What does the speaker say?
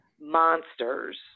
monsters